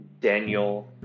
Daniel